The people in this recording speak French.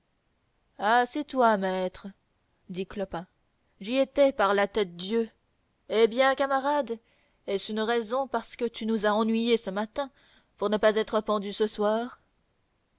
ah c'est toi maître dit clopin j'y étais par la tête dieu eh bien camarade est-ce une raison parce que tu nous as ennuyés ce matin pour ne pas être pendu ce soir